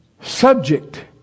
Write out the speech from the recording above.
subject